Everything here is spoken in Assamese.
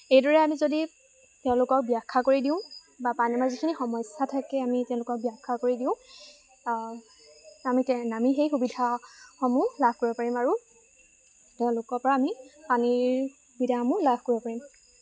এইদৰে আমি যদি তেওঁলোকক ব্যাখ্যা কৰি দিওঁ বা পানীৰ যিখিনি সমস্যা থাকে আমি তেওঁলোকক ব্যাখ্যা কৰি দিওঁ আমি আমি সেই সুবিধাসমূহ লাভ কৰিব পাৰিম আৰু তেওঁলোকৰপৰা আমি পানীৰ সুবিধাসমূহ লাভ কৰিব পাৰিম